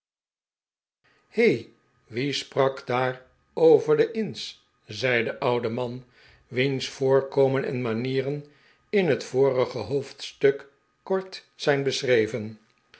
he wie sprak daar over de inns zei de oude man wiens voorkomen en manieren in het vorige hoofdstuk kort zijn beschreven